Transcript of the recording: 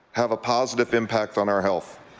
have a positive impact on our health.